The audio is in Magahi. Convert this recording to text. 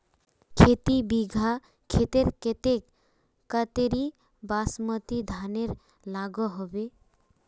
खेती बिगहा खेतेर केते कतेरी बासमती धानेर लागोहो होबे?